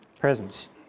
Presence